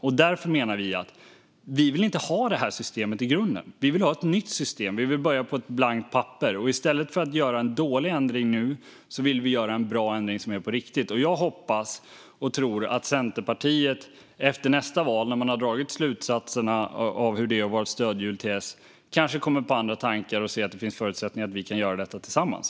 Vi menar att vi inte vill ha det här systemet. Vi vill ha ett nytt system. Vi vill börja om, på ett blankt papper. I stället för att göra en dålig ändring nu vill vi göra en bra ändring som är på riktigt. Jag hoppas och tror att Centerpartiet efter nästa val, när man har dragit slutsatserna av hur det har varit att vara stödhjul till S, kanske kommer på andra tankar och ser att det finns förutsättningar för oss att göra detta tillsammans.